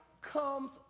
comes